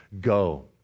go